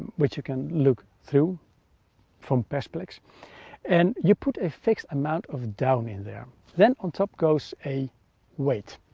which you can look through from perspex and you put a fixed amount of down in there then on top goes a weight.